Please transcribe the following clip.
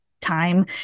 time